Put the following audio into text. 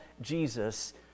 Jesus